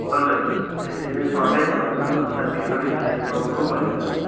हजुर ए हे सटै भयो होला सायद केही कनेक्सनमा केही प्रब्लम पो भयो होला है